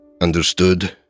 Understood